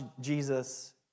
Jesus